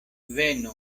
venu